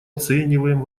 оцениваем